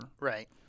Right